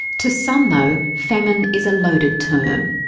to some, though, famine is a loaded term.